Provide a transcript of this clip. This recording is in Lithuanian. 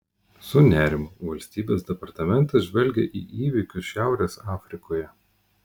su nerimu valstybės departamentas žvelgia į įvykius šiaurės afrikoje